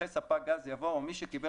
אחרי "ספק גז" יבוא "או מי שקיבל